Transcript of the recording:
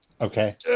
Okay